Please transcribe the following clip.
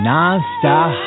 Non-stop